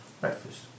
breakfast